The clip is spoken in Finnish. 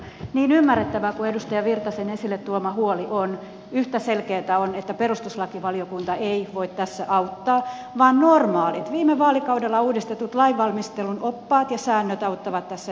niin ymmärrettävä kuin edustaja virtasen esille tuoma huoli on yhtä selkeätä on että perustuslakivaliokunta ei voi tässä auttaa vaan normaalit viime vaalikaudella uudistetut lainvalmistelun oppaat ja säännöt auttavat tässä yksiselitteisesti